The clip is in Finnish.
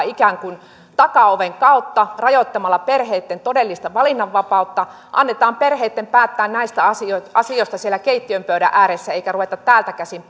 ikään kuin takaoven kautta rajoittamalla perheitten todellista valinnanvapautta annetaan perheitten päättää näistä asioista siellä keittiönpöydän ääressä eikä ruveta täältä käsin